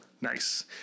Nice